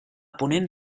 ponent